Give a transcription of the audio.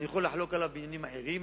אני יכול לחלוק עליו בעניינים אחרים,